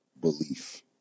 belief